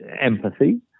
empathy